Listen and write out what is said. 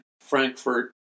Frankfurt